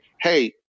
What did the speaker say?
hey